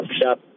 stop